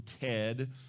Ted